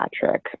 Patrick